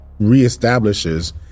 reestablishes